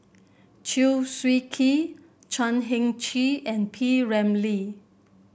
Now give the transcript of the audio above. Chew Swee Kee Chan Heng Chee and P Ramlee